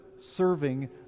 serving